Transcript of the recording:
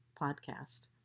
podcast